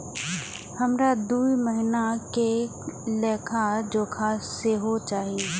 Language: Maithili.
हमरा दूय महीना के लेखा जोखा सेहो चाही